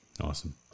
Awesome